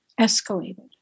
escalated